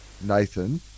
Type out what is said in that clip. Nathan